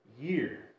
year